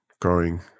growing